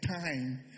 time